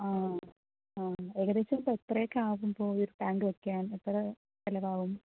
ആ ആ ഏകദേശം ഇപ്പോൾ എത്രയൊക്കേ ആകും ഇപ്പോൾ ഈയൊരു ടാങ്ക് വയ്ക്കാൻ എത്ര ചിലവാകും